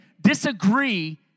disagree